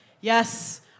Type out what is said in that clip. yes